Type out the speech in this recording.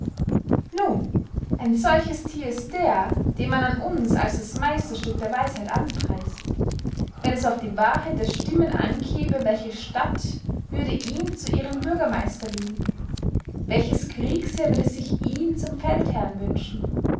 nun ein solches thier ist der den man uns als das meisterstück der weisheit anpreist wenn es auf die wahrheit der stimmen ankäme welche stadt würd ihn zu ihrem bürgermeister wählen welches kriegsheer würde sich ihn zum feldherrn wünschen